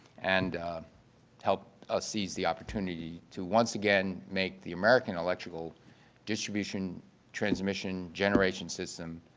and help us seize the opportunity to once again make the american electrical distribution transmission generation system